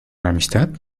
amistad